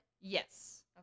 Yes